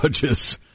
judges